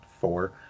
four